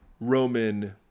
Roman